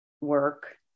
work